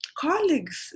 colleagues